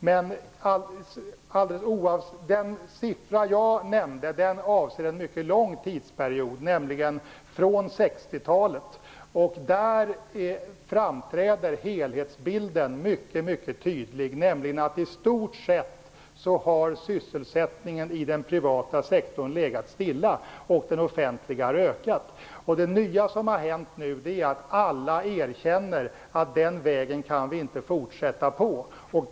Den siffra jag nämnde avser en mycket lång tidsperiod, från 1960-talet och framåt. Där framträder helhetsbilden mycket tydligt. I stort sett har sysselsättningen i den privata sektorn legat stilla medan den ökat i den offentliga sektorn. Det nya som har hänt är att alla erkänner att vi inte kan fortsätta på den vägen.